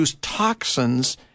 toxins